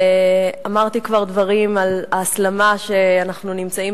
אמרתי כבר דברים על ההסלמה שאנחנו נמצאים